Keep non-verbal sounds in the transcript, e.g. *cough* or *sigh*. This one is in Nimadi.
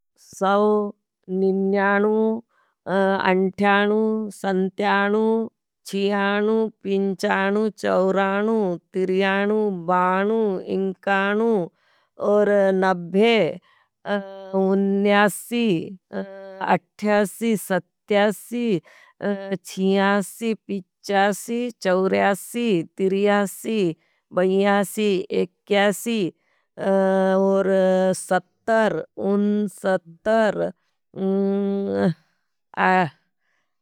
सव, निन्यानू, अन्ठानू, संत्यानू, चियानू, पिंचानू, चवरानू, तिरियानू, बानू, इंकानू और नभे वुन्नयासी, अथ्यासी, सथ्यासी, चियासी, पिच्चासी, चौरासी, तिरियासी, बईयासी, एक्यासी और सत्तर, उनसत्तर। *hesitation*